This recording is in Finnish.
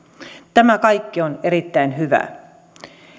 tämä kaikki on erittäin hyvää